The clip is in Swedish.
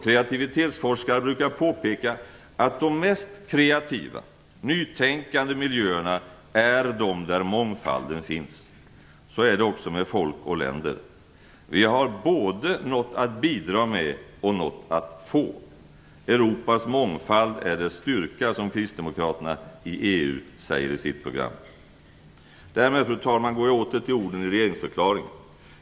Kreativitetsforskare brukar påpeka att de mest kreativa, nytänkande miljöerna är de där mångfalden finns. Så är det också med folk och länder. Vi har både något att bidra med och något att få. Europas mångfald är dess styrka, som kristdemokraterna i EU säger i sitt program. Fru talman! Därmed går jag åter till orden i regeringsförklaringen.